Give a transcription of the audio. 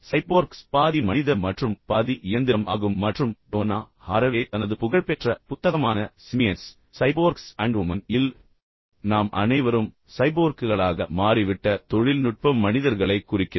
cyborgs பாதி மனித மற்றும் பாதி இயந்திரம் ஆகும் மற்றும் டோனா ஹாரவே தனது புகழ்பெற்ற புத்தகமான சிமியன்ஸ் சைபோர்க்ஸ் அண்ட் வுமன் இல் நாம் அனைவரும் சைபோர்க்குகளாக மாறிவிட்ட தொழில்நுட்ப மனிதர்களைக் குறிக்கிறது